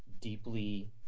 deeply